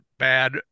bad